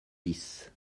dix